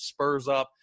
SPURSUP